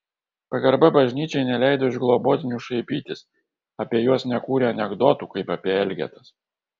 pagarba bažnyčiai neleido iš globotinių šaipytis apie juos nekūrė anekdotų kaip apie elgetas